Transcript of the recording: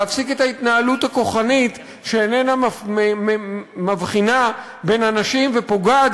להפסיק את ההתנהלות הכוחנית שאיננה מבחינה בין אנשים ופוגעת